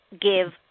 give